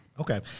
Okay